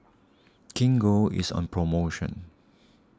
Gingko is on promotion